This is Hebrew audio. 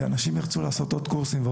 כך שהוא שיגרום לאנשים לרצות לעשות עוד קורסים.